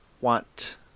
want